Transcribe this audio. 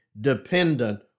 dependent